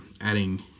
adding